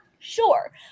Sure